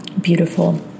Beautiful